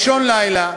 באישון לילה,